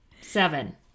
Seven